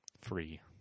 free